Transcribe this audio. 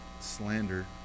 slander